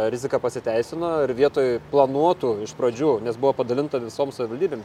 rizika pasiteisino ir vietoj planuotų iš pradžių nes buvo padalinta visom savivaldybėm